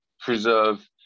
preserve